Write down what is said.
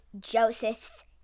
Joseph's